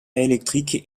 électrique